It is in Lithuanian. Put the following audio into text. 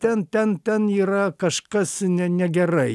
ten ten ten yra kažkas ne negerai